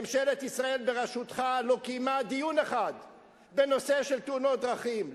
ממשלת ישראל בראשותך לא קיימה דיון אחד בנושא של תאונות דרכים,